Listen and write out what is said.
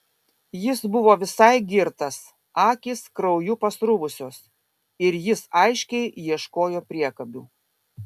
jis buvo visai girtas akys krauju pasruvusios ir jis aiškiai ieškojo priekabių